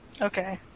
Okay